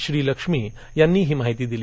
श्रीलक्ष्मी यांनी ही माहिती दिली